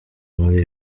muri